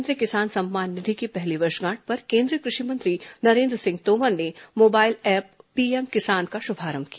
प्रधानमंत्री किसान सम्मान निधि की पहली वर्षगांठ पर केंद्रीय कृषि मंत्री नरेन्द्र सिंह तोमर ने मोबाइल ऐप पीएम किसान का शुभारंभ किया